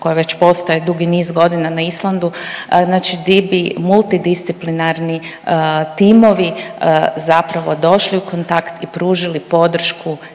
koje već postoje dugi niz godina na Islandu znači gdje bi multidisciplinarni timovi zapravo došli u kontakt i pružili podršku